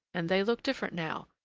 and they look different now.